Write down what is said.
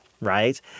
right